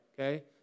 okay